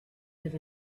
live